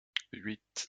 huit